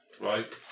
right